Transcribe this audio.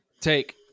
take